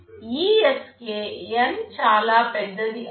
ఈ Sk N చాలా పెద్దది అయినప్పుడు k కి చేరుకుంటుంది